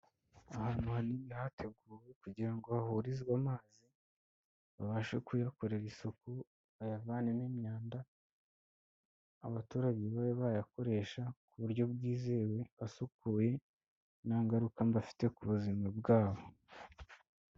Ahantu hanini hateguwe kugira ngo hahurizwe amazi babashe kuyakorera isuku, bayavanemo imyanda abaturage babe bayakoresha ku buryo bwizewe asukuye, nta ngaruka mbi afite ku buzima bwabo.